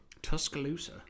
Tuscaloosa